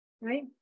right